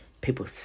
People